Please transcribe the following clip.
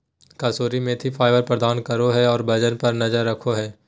कसूरी मेथी फाइबर प्रदान करो हइ और वजन पर नजर रखो हइ